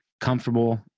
comfortable